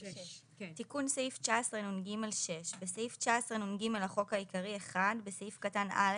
תיקון סעיף 19נג 6. בסעיף 19נג לחוק העיקרי (1)בסעיף קטן (א),